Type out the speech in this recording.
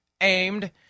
aimed